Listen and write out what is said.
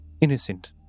innocent